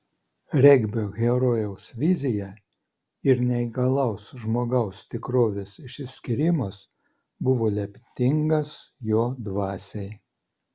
regbio herojaus vizija ir neįgalaus žmogaus tikrovės išsiskyrimas buvo lemtingas jo dvasiai